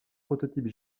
prototype